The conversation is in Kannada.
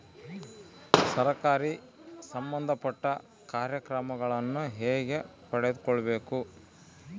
ಸರಕಾರಿ ಸಂಬಂಧಪಟ್ಟ ಕಾರ್ಯಕ್ರಮಗಳನ್ನು ಹೆಂಗ ಪಡ್ಕೊಬೇಕು?